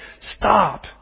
Stop